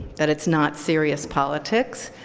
that it's not serious politics,